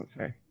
Okay